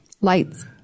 Lights